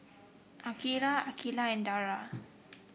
Aqilah Aqilah and Dara